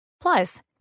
Plus